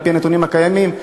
על-פי הנתונים הקיימים,